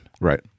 Right